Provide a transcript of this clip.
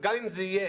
גם אם זה יהיה,